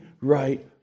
right